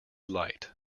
light